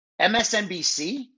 MSNBC